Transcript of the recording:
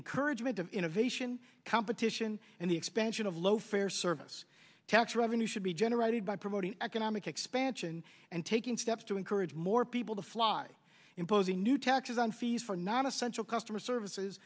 encouragement of innovation competition and the expansion of low fare service tax revenue should be generated by promoting economic expansion and taking steps to encourage more people to fly in both the new taxes and fees for not essential customer services